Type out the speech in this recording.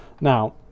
Now